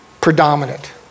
predominant